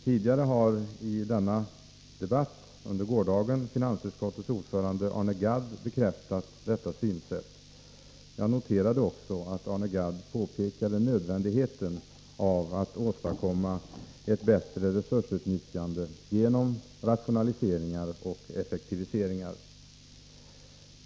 Tidigare i denna debatt har finansutskottets ordförande, Arne Gadd, bekräftat detta synsätt. Jag noterade också att Arne Gadd påpekade nödvändigheten av att åstadkomma ett bättre resursutnyttjande genom rationaliseringar och effektiviseringar.